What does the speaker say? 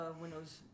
Windows